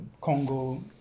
Congo